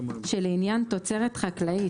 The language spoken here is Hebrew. שלעניין תוצרת חקלאית,